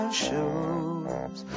shoes